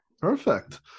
Perfect